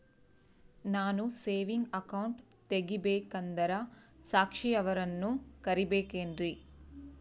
ನಾನು saving account ತೆಗಿಬೇಕಂದರ ಸಾಕ್ಷಿಯವರನ್ನು ಕರಿಬೇಕಿನ್ರಿ?